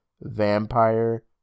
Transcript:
vampire